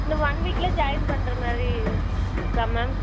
இந்த ஒன் வீக்கில் ஜாயின் பண்ணுற மாதிரி இருக்கா மேம்